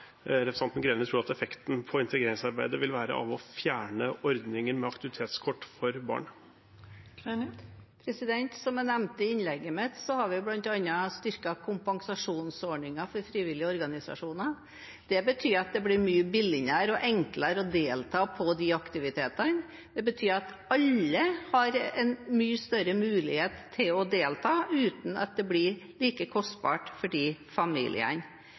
tror representanten Greni at det å fjerne ordningen med aktivitetskort for barn vil ha på integreringsarbeidet? Som jeg nevnte i innlegget mitt, har vi bl.a. styrket kompensasjonsordningen for frivillige organisasjoner. Det betyr at det blir mye billigere og enklere å delta på de aktivitetene. Det betyr at alle har en mye større mulighet til å delta, uten at det blir like kostbart for de familiene.